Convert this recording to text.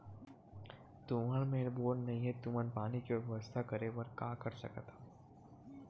तुहर मेर बोर नइ हे तुमन पानी के बेवस्था करेबर का कर सकथव?